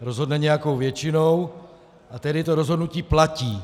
Rozhodne nějakou většinou, a tedy to rozhodnutí platí.